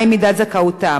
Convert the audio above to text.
מהי מידת זכאותם.